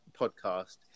podcast